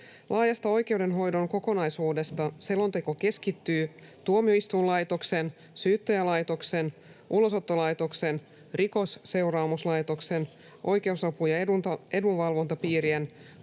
Laajasta oikeudenhoidon kokonaisuudesta selonteko keskittyy tuomioistuinlaitoksen, Syyttäjälaitoksen, Ulosottolaitoksen, Rikosseuraamuslaitoksen, oikeusapu‑ ja edunvalvontapiirien,